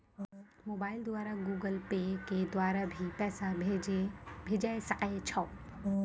Mobile द्वारा Google Pay के द्वारा भी पैसा भेजै सकै छौ?